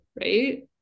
Right